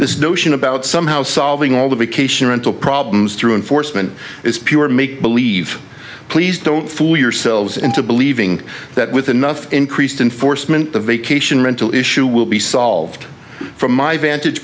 this notion about somehow solving all the vacation rental problems through enforcement is pure make believe please don't fool yourselves into believing that with enough increased enforcement the vacation rental issue will be solved from my vantage